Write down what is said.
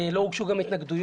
גם לא הוגשו התנגדויות,